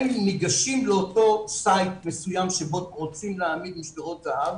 הם ניגשים לאותו מקום מסוים שבו רוצים להעמיד משמרות זה"ב,